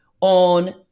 on